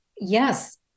yes